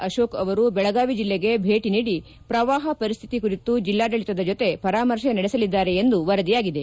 ಅಶೋಕ್ ಅವರು ಬೆಳಗಾವಿ ಜಲ್ಲಿಗೆ ಭೇಟಿ ನೀಡಿ ಪ್ರವಾಪ ಪರಿಸ್ಥಿತಿ ಕುರಿತು ಜಲ್ಲಾಡಳಿತದ ಜೊತೆ ಪರಾಮರ್ತೆ ನಡೆಸಲಿದ್ದಾರೆ ಎಂದು ವರದಿಯಾಗಿದೆ